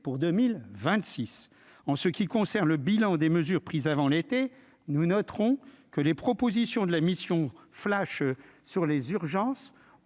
pour 2026 en ce qui concerne le bilan des mesures prises avant l'été, nous noterons que les propositions de la mission flash sur les urgences